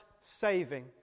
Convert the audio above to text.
saving